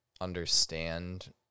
understand